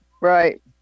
right